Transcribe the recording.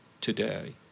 today